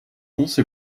also